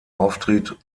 auftritt